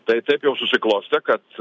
tai taip jau susiklostė kad